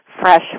fresh